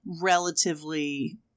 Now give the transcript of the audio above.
relatively